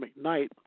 McKnight